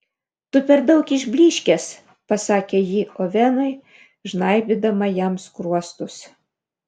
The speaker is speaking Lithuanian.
tu per daug išblyškęs pasakė ji ovenui žnaibydama jam skruostus